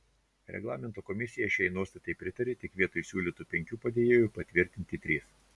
reglamento komisija šiai nuostatai pritarė tik vietoj siūlytų penkių padėjėjų patvirtinti trys